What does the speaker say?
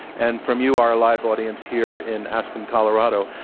and from you, our live audience here in aspen, colorado.